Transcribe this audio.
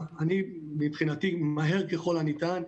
מבחינתי, מהר ככל הניתן,